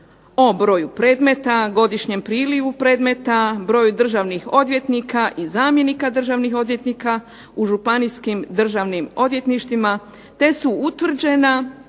o broju predmeta, godišnjem prilivu predmeta, broju državnih odvjetnika i zamjenika državnih odvjetnika, u županijskim državnim odvjetništvima, te su utvrđena